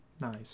Nice